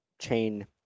Chain